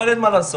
אבל אין מה לעשות.